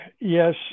yes